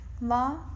law